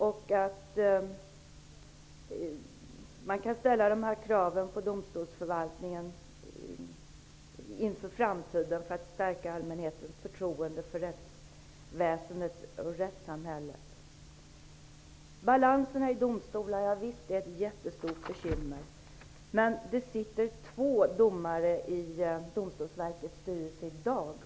Vi måste kunna ställa dessa krav på domstolsförvaltningen inför framtiden för att stärka allmänhetens förtroende för rättsväsendet och rättssamhället. Det är ett jättestort bekymmer med balanserna i domstolarna. Det sitter två domare i Domstolsverkets styrelse i dag.